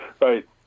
Right